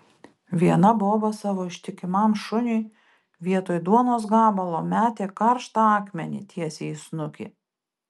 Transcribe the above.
viena boba savo ištikimam šuniui vietoj duonos gabalo metė karštą akmenį tiesiai į snukį